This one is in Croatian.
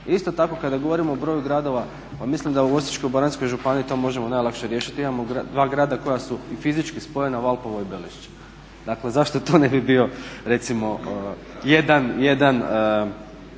Isto tako kada govorimo o broju gradova mislim da u Osječko-baranjskoj županiji to možemo najlakše riješiti. Imamo dva grada koja su i fizički spojena, Valpovo i Belišće. Dakle, zašto to ne bi bio jedan grad?